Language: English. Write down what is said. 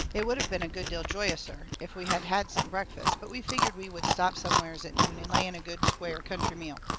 it would of been a good deal joyouser if we had had some breakfast, but we figgered we would stop somewheres at noon and lay in a good, square, country meal.